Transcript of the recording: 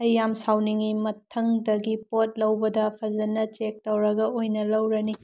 ꯑꯩ ꯌꯥꯝ ꯁꯥꯎꯅꯤꯡꯏ ꯃꯊꯪꯗꯒꯤ ꯄꯣꯠ ꯂꯧꯕꯗ ꯐꯖꯅ ꯆꯦꯛ ꯇꯧꯔꯒ ꯑꯣꯏꯅ ꯂꯧꯔꯅꯤ